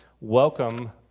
welcome